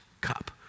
cup